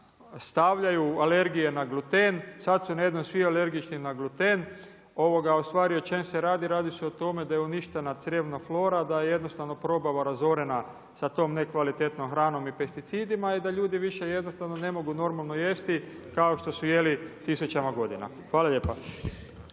stavljaju, alergije na gluten, sad su svi odjednom alergični na gluten. A ustvari o čemu se radi? radi se o tome da je uništena crijevna flora da je probava razorena sa tom nekvalitetnom hranom i pesticidima i da ljudi više jednostavno ne mogu normalno jesti kao što su jeli tisućama godina. Hvala lijepa.